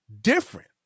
different